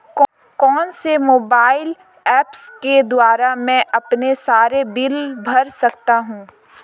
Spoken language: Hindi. कौनसे मोबाइल ऐप्स के द्वारा मैं अपने सारे बिल भर सकता हूं?